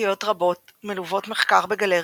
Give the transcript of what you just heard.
וקבוצתיות רבות מלוות מחקר בגלריות,